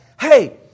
hey